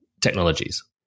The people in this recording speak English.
technologies